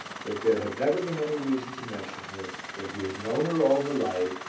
that there had never been any reason to mention her, that he had known her all her life,